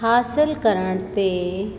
हासिल करण ते